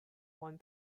one